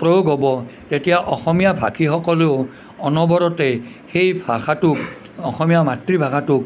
প্ৰয়োগ হ'ব তেতিয়া অসমীয়া ভাষীসকলেও অনবৰতেই সেই ভাষাটোক অসমীয়া মাতৃভাষাটোক